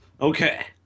Okay